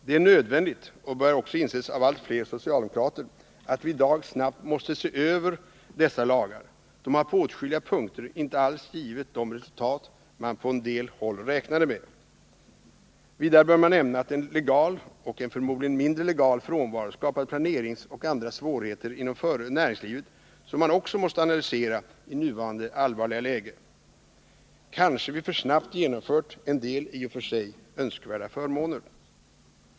Det är nödvändigt — och börjar också inses av allt fler socialdemokrater — att vi i dag snabbt måste se över dessa lagar. De har på åtskilliga punkter inte alls givit de resultat som man på en del håll räknade med. Vidare bör nämnas att en legal och en förmodligen mindre legal frånvaro skapat planeringsoch andra svårigheter inom näringslivet som man också måste analysera i nuvarande allvarliga läge. Kanske vi för snabbt genomfört en del i och för sig önskvärda förmåner.